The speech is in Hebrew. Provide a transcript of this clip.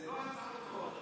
זה לא הצעות חוק,